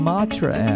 Matra